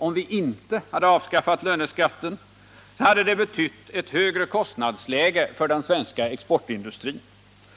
Om vi inte hade avskaffat löneskatten, hade det betytt ett högre kostnadsläge för den svenska exportindustrin